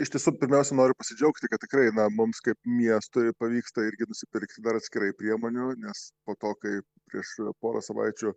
iš tiesų pirmiausia noriu pasidžiaugti kad tikrai na mums kaip miestui ir pavyksta irgi nusipirkti dar atskirai priemonių nes po to kai prieš porą savaičių